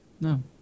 No